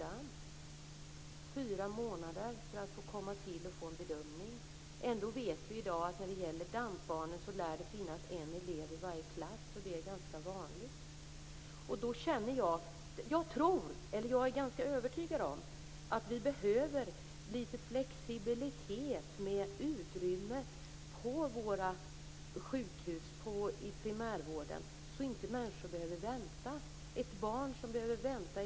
Han talade om fyra månader för att komma och få en bedömning. Ändå vet vi i dag att det lär finnas en elev med DAMP i varje klass. Det är alltså ganska vanligt. Då känner jag mig ganska övertygad om att vi behöver litet flexibilitet i utrymmet på våra sjukhus, i primärvården, så att människor inte behöver vänta.